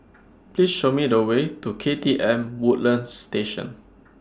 Please Show Me The Way to K T M Woodlands Station